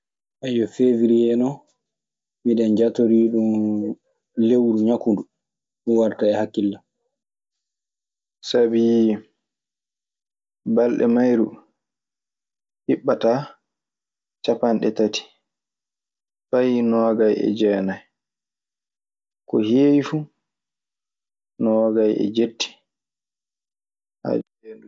Ayyo, Feewrie non, miɗen jatorii ɗun lewru ñaku ndu. Ɗun warta e hakkille an. Sabi balɗe mayru hiɓɓintaa capanɗe tati, fay noogay e jeenay. Sabii balɗe mayru hiɓɓataa capanɗe tati, fay noogay e jeenay. Ko heewi fu noogay e jetti. Nde ɗun juuti sanne fu noogay e jeenay.